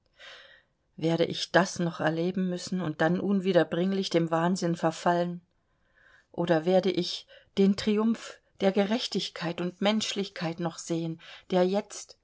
werde ich das noch erleben müssen und dann unwiederbringlich dem wahnsinn verfallen oder werde ich den triumph der gerechtigkeit und menschlichkeit noch sehen der jetzt